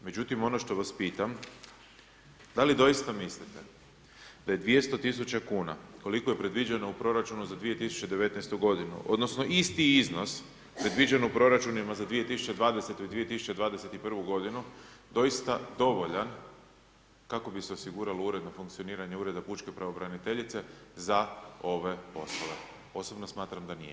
Međutim, ono što vas pitam da li doista mislite da je 200.000 kuna koliko je predviđeno u proračunu za 2019. godinu odnosno isti iznos predviđen u proračunima za 2020. i 2021. godinu doista dovoljan kako bi se osiguralo uredno funkcioniranje Ureda pučke pravobraniteljice za ove poslove, osobno smatram da nije.